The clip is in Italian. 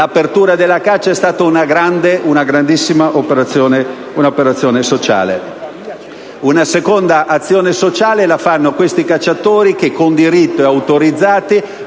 venatorio è stata pertanto una grandissima operazione sociale. Una seconda azione sociale la fanno i cacciatori che, con diritto e autorizzati,